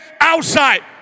outside